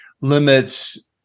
limits